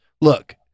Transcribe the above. look